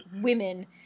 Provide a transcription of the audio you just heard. women